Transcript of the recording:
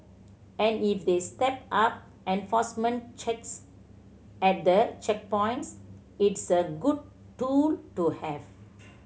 and if they step up enforcement checks at the checkpoints it's a good tool to have